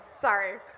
Sorry